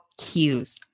cues